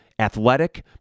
athletic